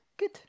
good